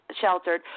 sheltered